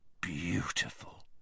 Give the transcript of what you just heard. beautiful